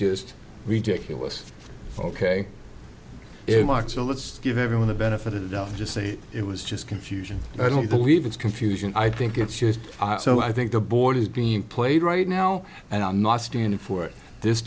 just ridiculous ok mark so let's give everyone the benefit of the doubt just say it was just confusion i don't believe it's confusion i think it's just so i think the board is being played right now and i'm not standing for this